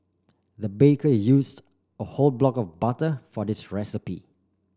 the baker used a whole block of butter for this recipe